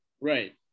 Right